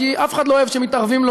כי אף אחד לא אוהב שמתערבים לו,